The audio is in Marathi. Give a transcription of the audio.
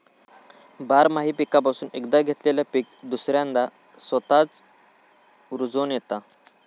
बारमाही पीकापासून एकदा घेतलेला पीक दुसऱ्यांदा स्वतःच रूजोन येता